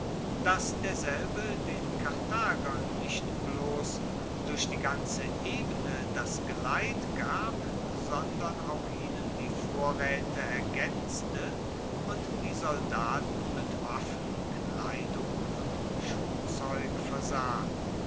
dass derselbe den karthagern nicht bloss durch die ganze ebene das geleit gab sondern auch ihnen die vorraete ergaenzte und die soldaten mit waffen kleidung und schuhzeug versah